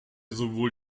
sowohl